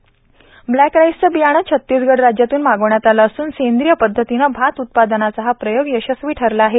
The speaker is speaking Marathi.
ब्लॅक राईसचे बियाणे छत्तीसगड राज्यातून मागविण्यात आले असून सेंद्रीय पद्धतीने भात उत्पादनाचा हा प्रयोग यशस्वी ठरला आहे